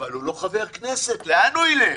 אבל הוא לא חבר כנסת, לאן הוא ילך?